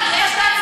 אומרים לך שתהיה,